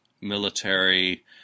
military